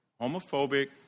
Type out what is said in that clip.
homophobic